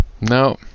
No